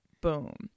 boom